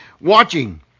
Watching